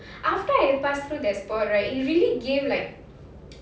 after I passed through that spot right it really gave like